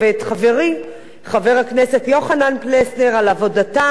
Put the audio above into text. חברי חבר הכנסת יוחנן פלסנר על עבודתם.